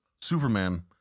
Superman